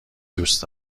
دوست